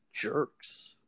jerks